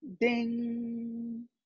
ding